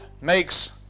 makes